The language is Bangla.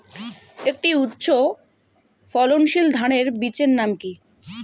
একটি উচ্চ ফলনশীল ধানের বীজের নাম কী?